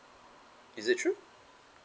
is it true